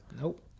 Nope